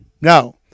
no